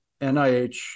NIH